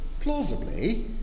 plausibly